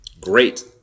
great